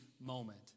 moment